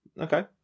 Okay